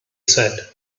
said